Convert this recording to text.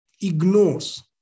ignores